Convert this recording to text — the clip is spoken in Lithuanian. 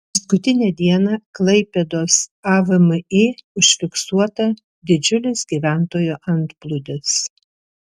paskutinę dieną klaipėdos avmi užfiksuota didžiulis gyventojų antplūdis